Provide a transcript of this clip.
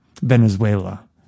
Venezuela